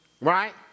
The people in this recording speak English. right